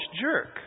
jerk